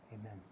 Amen